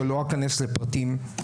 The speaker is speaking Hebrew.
שאני לא איכנס לפרטים.